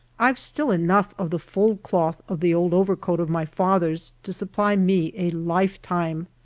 i've still enough of the fulled cloth of the old over coat of my father's to supply me a lifetime.